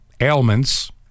ailments